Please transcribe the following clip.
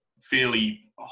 fairly